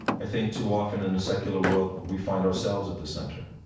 i think too often in the secular world we find ourselves at the center.